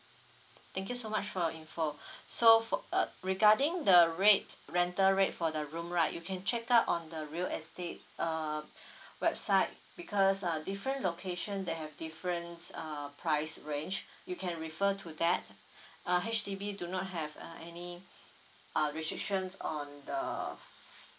thank you so much for your info so fo~ uh regarding the rate rental rate for the room right you can check out on the real estates' um website because uh different location they have different uh price range you can refer to that uh H_D_B do not have uh any uh restrictions on the